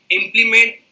implement